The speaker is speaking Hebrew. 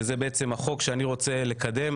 שזה החוק שאני רוצה לקדם.